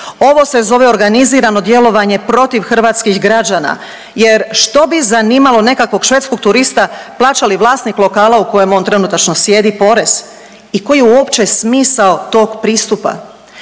Ovo se zove organizirano djelovanje protiv hrvatskih građana, jer što bi zanimalo nekakvog švedskog turista plaća li vlasnik lokala u kojem on trenutačno sjedi porez i koji je uopće smisao tog pristupa?